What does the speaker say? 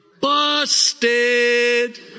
Busted